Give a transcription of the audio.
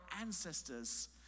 ancestors